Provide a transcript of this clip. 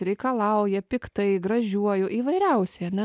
reikalauja piktai gražiuoju įvairiausiai ane